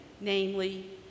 namely